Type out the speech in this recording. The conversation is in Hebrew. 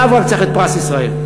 עליו רק צריך את פרס ישראל.